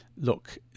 Look